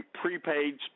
prepaid